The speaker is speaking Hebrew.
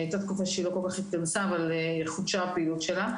הייתה תקופה שהיא לא כל כך התכנסה אבל פעילותה חודשה.